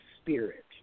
spirit